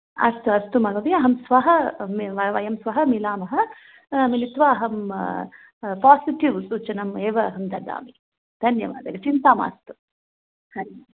अस्तु अस्तु महोदय अहं श्वः वयं श्वः मिलामः मिलित्वा अहं पोसिटिव् सूचनाम् एव अहं ददामि धन्यवादः चिन्ता मास्तु हरिः ओम्